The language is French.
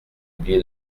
oublié